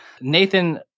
Nathan